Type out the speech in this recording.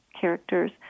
characters